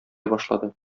башлады